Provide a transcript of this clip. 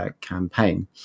campaign